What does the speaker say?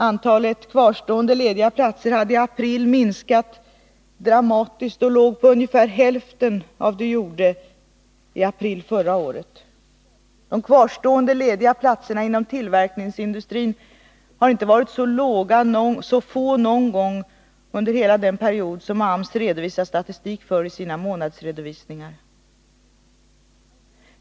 Antalet kvarstående lediga platser hade i april minskat dramatiskt och var ungefär hälften av antalet för förra året. De kvarstående lediga platserna inom tillverkningsindustrin har inte varit så få någon gång under hela den period som AMS har statistik för i sina månadsredovisningar.